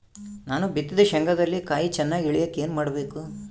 ನಾನು ಬಿತ್ತಿದ ಶೇಂಗಾದಲ್ಲಿ ಕಾಯಿ ಚನ್ನಾಗಿ ಇಳಿಯಕ ಏನು ಮಾಡಬೇಕು?